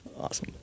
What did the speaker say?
Awesome